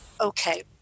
okay